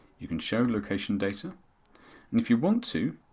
you can show location data. and if you want to,